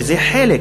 וזה חלק,